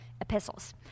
epistles